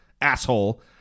asshole